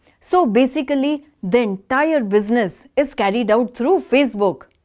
so basically the entire business is carried out through facebook.